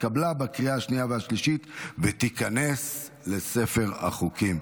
התקבלה בקריאה השנייה והשלישית ותיכנס לספר החוקים.